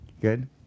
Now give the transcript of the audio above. Good